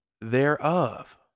thereof